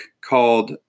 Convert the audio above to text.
called